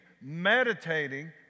meditating